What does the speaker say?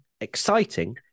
exciting